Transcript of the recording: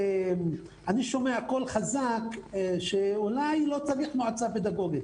אני שומע קול חזק שאולי לא צריך מועצה פדגוגית,